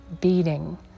beating